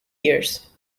years